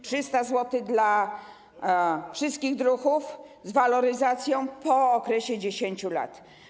300 zł dla wszystkich druhów z waloryzacją po okresie 10 lat.